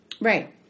Right